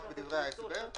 רק בדברי ההסבר.